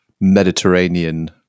Mediterranean